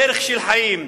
דרך של חיים,